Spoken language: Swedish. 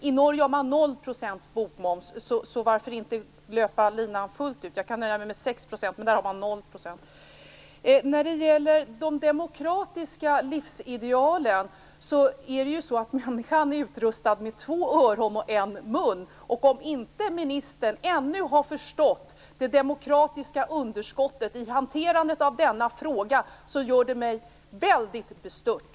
I Norge har man 0 % bokmoms, så varför inte löpa linan fullt ut? Jag kan nöja mig med 6 %, men i Norge har man 0 %. När det gäller de demokratiska livsidealen är det ju så att människan är utrustad med två öron och en mun. Om inte ministern ännu har förstått det demokratiska underskottet i hanterandet av denna fråga gör det mig väldigt bestört.